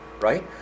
right